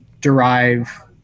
derive